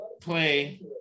play